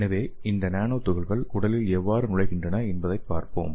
எனவே இந்த நானோ துகள்கள் உடலில் எவ்வாறு நுழைகின்றன என்பதைப் பார்ப்போம்